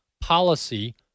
policy